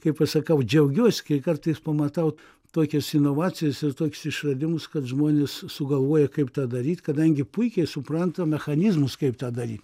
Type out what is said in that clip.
kai pasakau džiaugiuos kai kartais pamatau tokias inovacijas ir tokius išradimus kad žmonės sugalvoja kaip tą daryt kadangi puikiai supranta mechanizmus kaip tą daryt